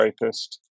rapist